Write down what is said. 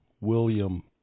William